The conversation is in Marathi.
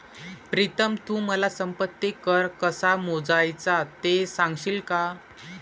प्रीतम तू मला संपत्ती कर कसा मोजायचा ते सांगशील का?